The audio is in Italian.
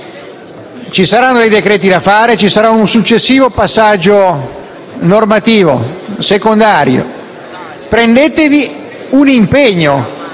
Ci saranno dei decreti da fare e un successivo passaggio normativo. Prendetevi un impegno,